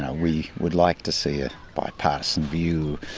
ah we would like to see a bi-partisan view